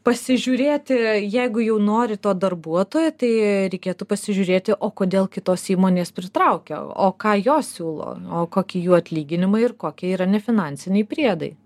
pasižiūrėti jeigu jau nori to darbuotojo tai reikėtų pasižiūrėti o kodėl kitos įmonės pritraukia o ką jos siūlo o kokie jų atlyginimai ir kokie yra nefinansiniai priedai